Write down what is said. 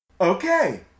Okay